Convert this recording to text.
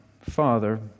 Father